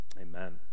amen